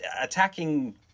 attacking